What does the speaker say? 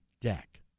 deck